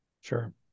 Sure